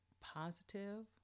positive